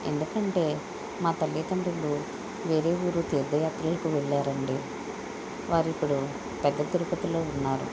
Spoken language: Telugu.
ఎందుకంటే మా తల్లితండ్రులు వేరే ఊరు తీర్ధయాత్రలకు వెళ్లారండి వారిప్పుడు పెద్ద తిరుపతిలో ఉన్నారు